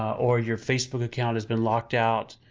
or your facebook account has been locked out,